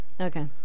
Okay